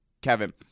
Kevin